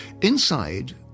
Inside